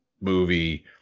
movie